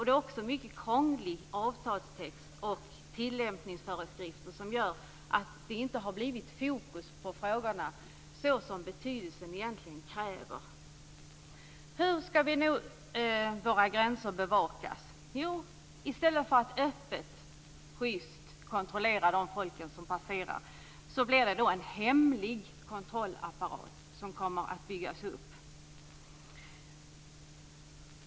Det är också en mycket krånglig avtalstext och tillämpningsföreskrifter som gör att det inte har blivit det fokus på frågorna som betydelsen egentligen kräver. Hur skall nu våra gränser bevakas? Jo, i stället för att öppet, schyst, kontrollera folk som passerar, blir det en hemlig kontrollapparat som kommer att byggas upp.